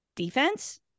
defense